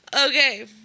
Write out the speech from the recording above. Okay